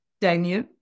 Daniel